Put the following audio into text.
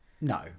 no